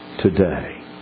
today